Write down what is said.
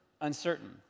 uncertain